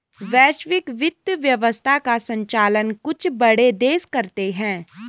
वैश्विक वित्त व्यवस्था का सञ्चालन कुछ बड़े देश करते हैं